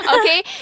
Okay